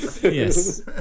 Yes